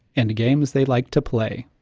and games they like to play.